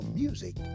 music